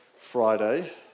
Friday